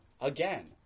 Again